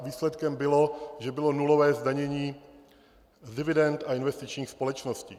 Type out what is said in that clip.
Výsledkem bylo, že bylo nulové zdanění z dividend a investičních společností.